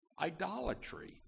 idolatry